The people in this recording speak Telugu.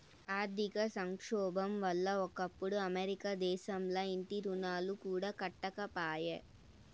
ఆర్థిక సంక్షోబం వల్ల ఒకప్పుడు అమెరికా దేశంల ఇంటి రుణాలు కూడా కట్టకపాయే